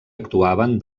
actuaven